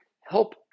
help